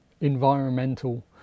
environmental